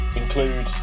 include